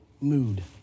mood